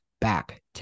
back